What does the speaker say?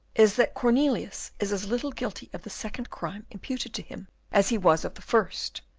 is that cornelius is as little guilty of the second crime imputed to him as he was of the first.